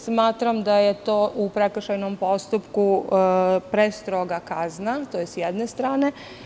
Smatram da je to u prekršajnom postupku prestroga kazna, to je sa jedne strane.